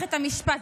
במערכת המשפט,